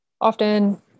often